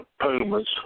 Pumas